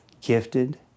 gifted